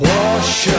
Wash